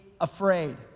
afraid